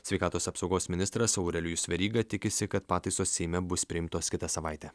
sveikatos apsaugos ministras aurelijus veryga tikisi kad pataisos seime bus priimtos kitą savaitę